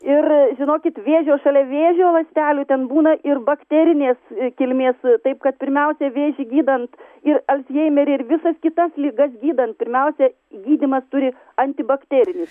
ir žinokit vėžio šalia vėžio ląstelių ten būna ir bakterinės kilmės taip kad pirmiausiai vėžį gydant ir alzheimerį ir visas kitas ligas gydant pirmiausia gydymas turi antibakterinis